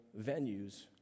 venues